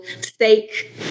steak